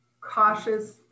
cautious